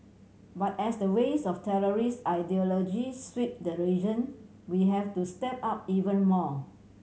but as the waves of terrorist ideology sweep the region we have to step up even more